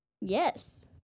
Yes